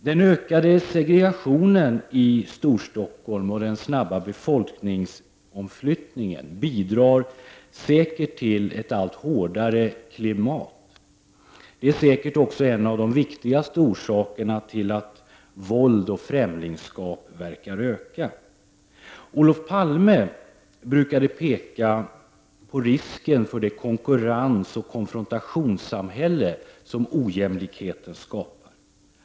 Den ökade segregationen i Storstockholm och den snabba befolkningsomflyttningen bidrar säkert till ett allt hårdare klimat. Det är säkert också en av de viktigaste orsakerna till att våld och främlingskap tycks öka. Olof Palme brukade peka på risken för det konkurrensoch konfrontationssamhälle som ojämlikheten skapar.